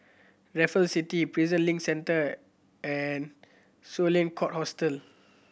Raffles City Prison Link Centre and Sloane Court Hotel